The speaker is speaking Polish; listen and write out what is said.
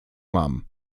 mam